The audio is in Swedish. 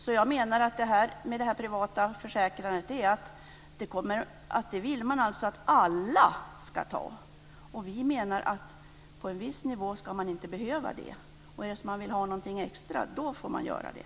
Man vill alltså att alla ska teckna privata försäkringar. Vi menar att man på en viss nivå inte ska behöva det. Vill man ha någonting extra får man göra det.